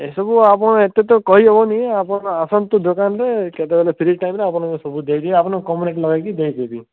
ଏସବୁ ଆପଣ ଏତେ ତ କହିହେବନି ଆପଣ ଆସନ୍ତୁ ଦୋକାନରେ କେତେବେଳେ ଫ୍ରୀ ଟାଇମ୍ ରେ ସବୁ ଦେଇଦେବି ଆପଣଙ୍କୁ କମ ଲଗେଇକି ଦେଇଦେବି